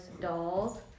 dolls